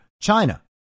China